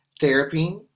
therapy